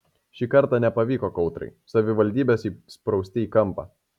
šį kartą nepavyko kautrai savivaldybės įsprausti į kampą